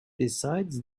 besides